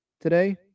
today